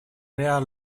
rare